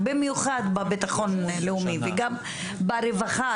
במיוחד בביטחון לאומי וגם ברווחה,